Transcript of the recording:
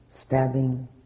stabbing